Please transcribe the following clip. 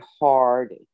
hard